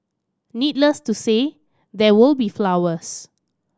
needless to say there will be flowers